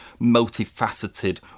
multifaceted